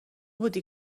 بودی